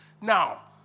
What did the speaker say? Now